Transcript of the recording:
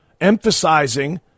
emphasizing